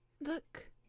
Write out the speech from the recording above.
Look